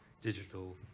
digital